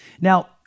Now